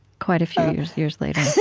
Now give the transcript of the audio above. quite a few years years later